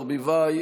ברביבאי,